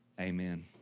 amen